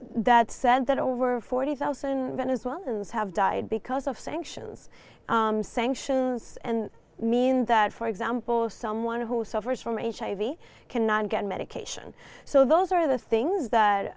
that said that over forty thousand venezuelans have died because of sanctions sanctions and mean that for example someone who suffers from h i v cannot get medication so those are the things that